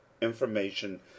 information